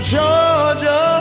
Georgia